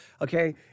okay